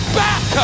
back